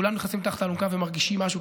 כולם נכנסים תחת האלונקה ומרגישים משהו,